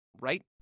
right